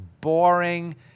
boring